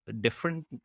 different